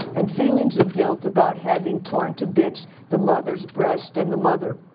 and feelings of guilt about having torn to bits the mother's breast and the mother.